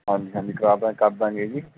ਹਾਂਜੀ ਹਾਂਜੀ ਕਰਾਦਾ ਕਰ ਦੇਵਾਂਗੇ ਜੀ